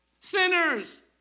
sinners